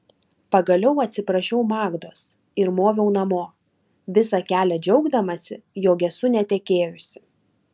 pagaliau atsiprašiau magdos ir moviau namo visą kelią džiaugdamasi jog esu netekėjusi